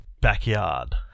backyard